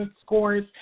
scores